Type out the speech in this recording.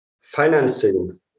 financing